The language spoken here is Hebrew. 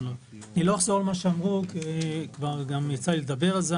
אני לא אחזור על מה שנאמר כי כבר יצא לי גם לדבר על זה.